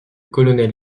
colonel